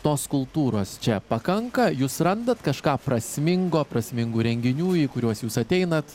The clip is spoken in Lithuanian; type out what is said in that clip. tos kultūros čia pakanka jūs randat kažką prasmingo prasmingų renginių į kuriuos jūs ateinat